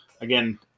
Again